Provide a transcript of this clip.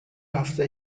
hafta